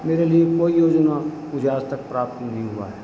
मेरे लिए कोई योजना मुझे आज तक प्राप्त नहीं हुआ है